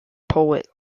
poet